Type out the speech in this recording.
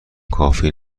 کافی